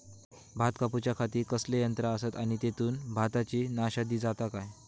भात कापूच्या खाती कसले यांत्रा आसत आणि तेतुत भाताची नाशादी जाता काय?